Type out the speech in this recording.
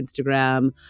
Instagram